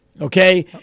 Okay